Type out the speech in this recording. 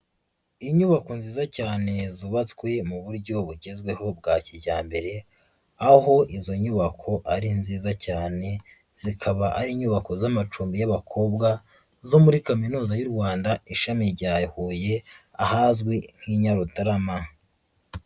Inyubako nziza cyane zubatswe mu buryo bugezweho bwa kijyambere, aho izo nyubako ari nziza cyane zikaba ari inyubako z'amacumbi y'abakobwa zo muri Kaminuza y'u Rwanda ishami rya Huye, ahazwi nk'i Nyarutarama.